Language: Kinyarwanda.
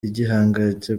igihangange